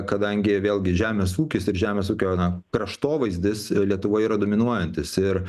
kadangi vėlgi žemės ūkis ir žemės ūkio na kraštovaizdis lietuvoj yra dominuojantis ir